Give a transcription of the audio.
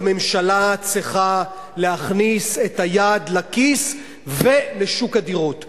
הממשלה צריכה להכניס את היד לכיס ולשוק הדירות.